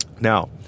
Now